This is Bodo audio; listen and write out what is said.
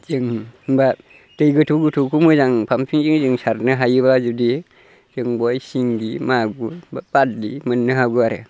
जों होमब्ला दै गोथौ गोथौखौ मोजां पाम्पिंजों जों सारनो हायोब्ला जुदि जों बहाय सिंगि मागुर बारलि मोननो हागौ आरो